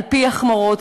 על-פי החמרות,